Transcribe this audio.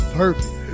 perfect